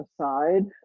aside